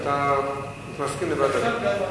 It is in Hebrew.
אתה מסכים לוועדה?